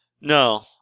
No